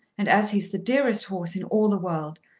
and as he's the dearest horse in all the world,